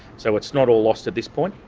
so it's not all lost at this point.